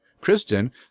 Kristen